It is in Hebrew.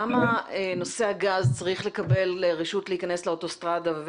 למה נושא הגז צריך לקבל רשות להיכנס אוטוסטרדה,